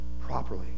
properly